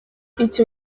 icyo